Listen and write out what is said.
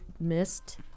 missed